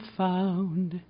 found